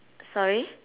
sorry